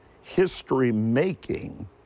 history-making